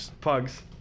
Pugs